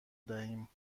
دهیم